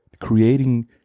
creating